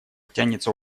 тянется